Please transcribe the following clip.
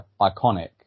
iconic